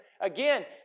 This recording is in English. again